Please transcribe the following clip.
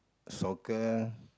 soccer